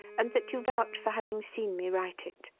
and that you vouch for having seen me write it.